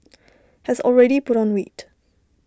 has already put on weight